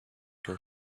were